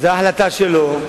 זה החלטה שלו.